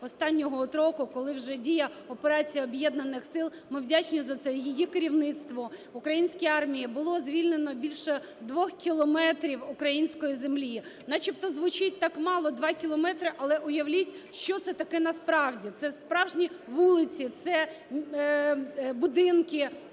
останнього от року, коли вже діє операція Об'єднаних сил, ми вдячні за це її керівництву, українській армії, було звільнено більше 2 кілометрів української землі. Начебто звучить так мало – 2 кілометри, але уявіть, що це таке насправді. Це справжні вулиці, це будинки,